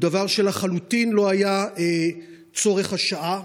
הוא דבר שלחלוטין לא היה צורך השעה.